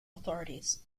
authorities